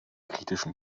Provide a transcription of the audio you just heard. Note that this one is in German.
kritischen